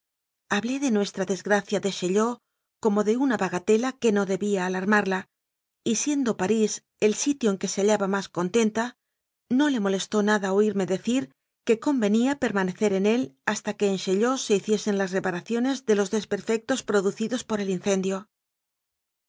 hablé de nuestra desgracia de chaillot como de una bagatela que no debía alarmarla y siendo pa rís el sitio en que se hallaba más contenta no le molestó nada oirme decir que convenía permane cer en él hasta que en chaillot se hiciesen las re paraciones de los desperfectos producidos por el incendio